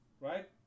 right